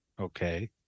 Okay